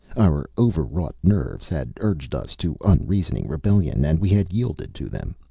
our overwrought nerves had urged us to unreasoning rebellion, and we had yielded to them.